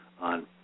on